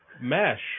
mesh